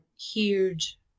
huge